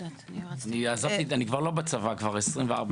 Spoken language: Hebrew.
אני כבר לא בצבא כבר 24 שנים.